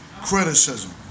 criticism